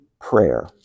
prayer